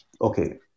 okay